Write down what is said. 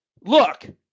look